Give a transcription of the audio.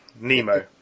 Nemo